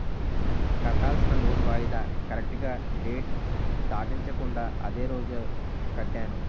కట్టాల్సిన లోన్ వాయిదా కరెక్టుగా డేట్ దాటించకుండా అదే రోజు కట్టాను